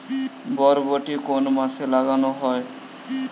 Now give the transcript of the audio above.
বরবটি কোন মাসে লাগানো হয়?